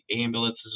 ambulances